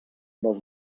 del